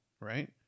right